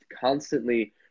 constantly